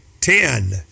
ten